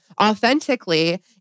authentically